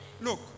Look